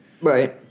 Right